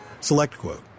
SelectQuote